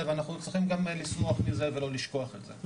ואנחנו צריכים גם לשמוח מזה ולא לשכוח את זה.